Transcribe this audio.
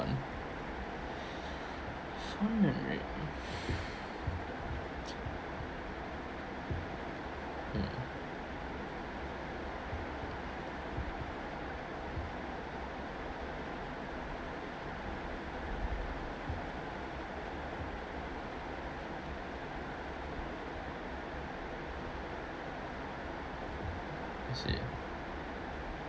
fond memory ah mm I see